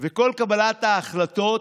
וכל קבלת ההחלטות,